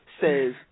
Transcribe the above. says